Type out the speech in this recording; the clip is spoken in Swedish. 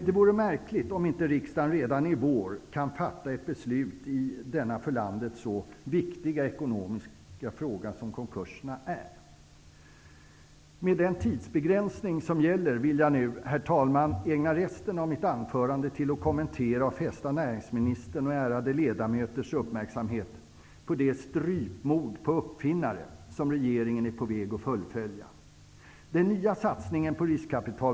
Det vore märkligt om inte riksdagen redan i vår kan fatta ett beslut i denna för landet så viktiga ekonomiska fråga. Med den tidsbegränsning som gäller, vill jag nu, herr talman, ägna resten av mitt anförande till att kommentera och fästa näringsministerns och ärade ledamöters uppmärksamhet på det strypmord på uppfinnare som regeringen är på väg att fullfölja.